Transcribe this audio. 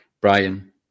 Brian